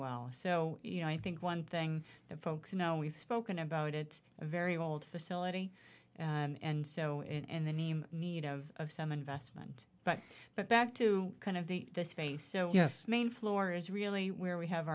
well so you know i think one thing the folks you know we've spoken about it a very old facility and so in the name need of some investment but but back to kind of the space yes main floor is really where we have